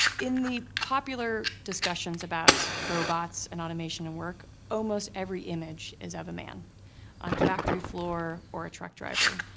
in the popular discussions about robots and automation and work, almost every image is of a man on a factory floor or a truck driver.